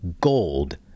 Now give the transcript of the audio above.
gold